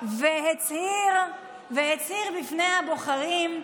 והצהיר בפני הבוחרים: